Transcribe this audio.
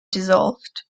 dissolved